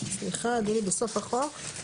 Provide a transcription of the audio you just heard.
סליחה אדוני, בסוף החוק.